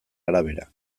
arabera